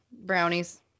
Brownies